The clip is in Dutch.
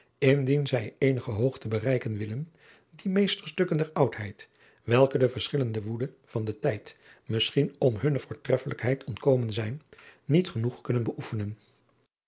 indien zij eenige hoogte bereiken willen die meesterstukken der oudheid welke de verslindende woede van den tijd misschien om hunne voortreffelijkheid ontkomen zijn niet genoeg kunnen beoefenen